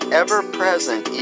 ever-present